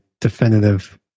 definitive